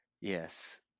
Yes